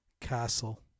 Castle